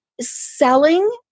selling